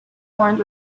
horns